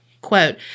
quote